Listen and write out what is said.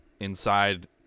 inside